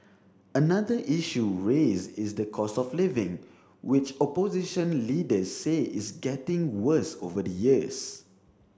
another issue raised is the cost of living which opposition leaders say is getting worse over the years